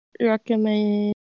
recommend